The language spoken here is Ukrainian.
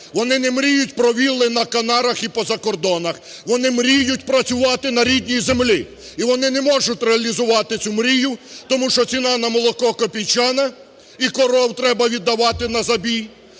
вони не мріють про вілли на Канарах і по закордонах – вони мріють працювати на рідній землі. І вони не можуть реалізувати цю мрію, тому що ціна на молоко копійчана і корів треба віддавати на забій,